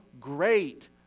great